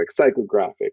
psychographic